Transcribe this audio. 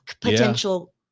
potential